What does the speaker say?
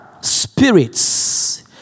spirits